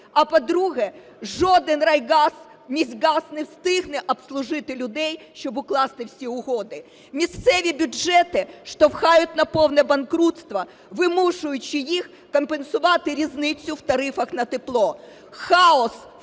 а, по-друге, жоден райгаз, міськгаз не встигне обслужити людей, щоб укласти всі угоди. Місцеві бюджети штовхають на повне банкрутство, вимушуючи їх компенсувати різницю в тарифах на тепло. Хаос